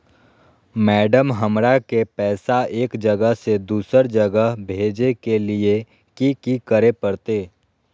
Madam, हमरा के पैसा एक जगह से दुसर जगह भेजे के लिए की की करे परते?